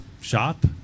shop